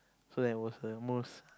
so that was the most